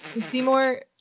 Seymour